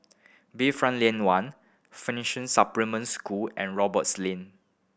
Bayfront Lane One Finnishing Supplementary School and Roberts Lane